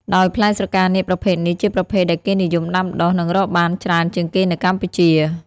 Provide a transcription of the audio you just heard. ដោយ ផ្លែស្រកានាគប្រភេទនេះជាប្រភេទដែលគេនិយមដាំដុះ និងរកបានច្រើនជាងគេនៅកម្ពុជា។